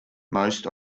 most